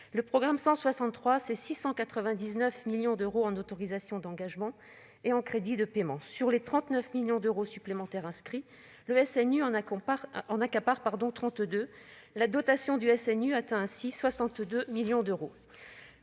Le programme 163, c'est 699 millions d'euros en autorisations d'engagement et en crédits de paiement. Sur les 39 millions d'euros supplémentaires inscrits, le SNU en accapare 32 millions, la dotation totale du SNU atteignant ainsi 62 millions d'euros.